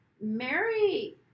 Mary